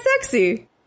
sexy